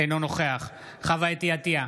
אינו נוכח חוה אתי עטייה,